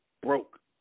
broke